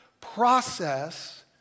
process